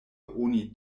oni